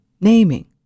naming